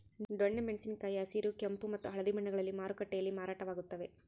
ದೊಣ್ಣೆ ಮೆಣಸಿನ ಕಾಯಿ ಹಸಿರು ಕೆಂಪು ಮತ್ತು ಹಳದಿ ಬಣ್ಣಗಳಲ್ಲಿ ಮಾರುಕಟ್ಟೆಯಲ್ಲಿ ಮಾರಾಟವಾಗುತ್ತವೆ